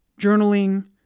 journaling